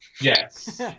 Yes